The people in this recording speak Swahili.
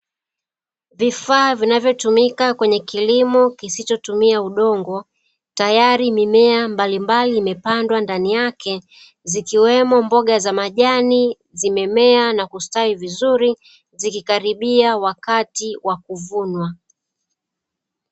Vifaa vinavyotumika kwenye kilimo kisichotumia udongo. Tayari mimea mbalimbali imepandwa ndani yake zikiwemo mboga za majani zimemea na kustawi vizuri, zikikaribia wakati wa kuvunwa.